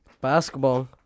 Basketball